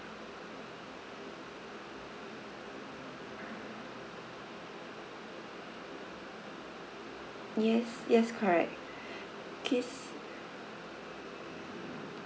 yes yes correct okay s~